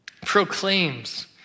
proclaims